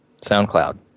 SoundCloud